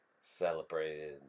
celebrated